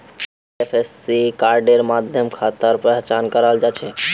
IFSC कोडेर माध्यम खातार पहचान कराल जा छेक